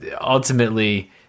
ultimately